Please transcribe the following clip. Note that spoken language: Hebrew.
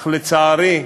אך לצערי,